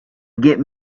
get